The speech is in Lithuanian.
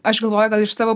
aš galvoju gal iš savo